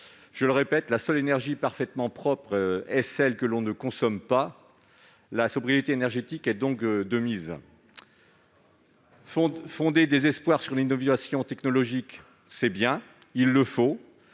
Je le répète, la seule énergie parfaitement propre est celle que l'on ne consomme pas. La sobriété énergétique est donc de mise. Fonder des espoirs sur l'innovation technologique, c'est bien, mais